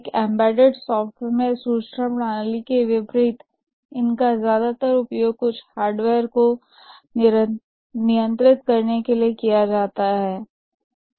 एक embedded software में सूचना प्रणाली के विपरीत इनका ज्यादातर उपयोग कुछ हार्डवेयर को नियंत्रित करने के लिए किया जाता है